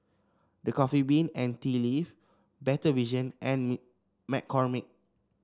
The Coffee Bean and Tea Leaf Better Vision and McCormick